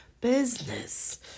business